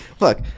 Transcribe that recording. Look